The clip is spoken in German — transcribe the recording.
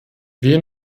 wir